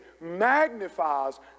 magnifies